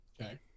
Okay